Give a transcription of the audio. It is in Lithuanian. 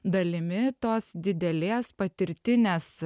dalimi tos didelės patirtinės